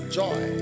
joy